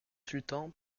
sultan